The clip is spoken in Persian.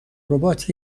ربات